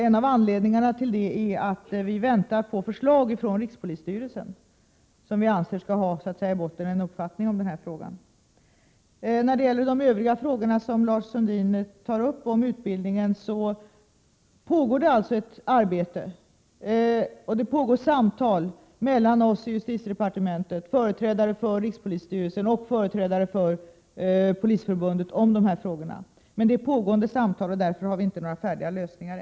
En av anledningarna till detta är att vi väntar på förslag från rikspolisstyrelsen, som vi anser skall ha — så att säga i botten — en uppfattning om den här frågan. När det gäller de övriga frågor som Lars Sundin tar upp, om utbildningen, vill jag säga att det pågår ett arbete och att det pågår samtal mellan oss i justitiedepartementet, företrädare för rikspolisstyrelsen och företrädare för Polisförbundet om dessa frågor. Därför har vi ännu inte några färdiga lösningar.